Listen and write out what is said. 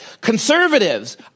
Conservatives